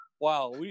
Wow